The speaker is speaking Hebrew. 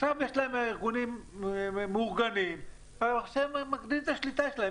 עכשיו יש להם ארגונים מאורגנים והם מגדילים את השליטה שלהם.